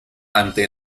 ante